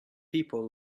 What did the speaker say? people